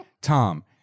Tom